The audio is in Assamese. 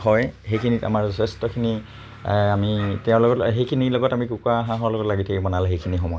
হয় সেইখিনিত আমাৰ যথেষ্টখিনি আমি তেওঁৰ লগত সেইখিনিৰ লগত আমি কুকুৰা হাঁহৰ লগত লাগি থাকিব নালাগে সেইখিনি সময়ত